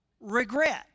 regret